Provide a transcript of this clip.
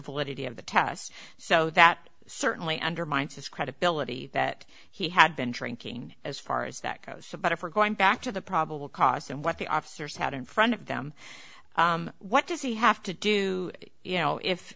validity of the test so that certainly undermines his credibility that he had been drinking as far as that goes better for going back to the probable cause and what the officers had in front of them what does he have to do you know if